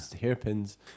hairpins